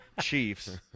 Chiefs